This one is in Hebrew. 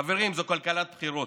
חברים, זו כלכלת בחירות.